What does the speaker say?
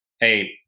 hey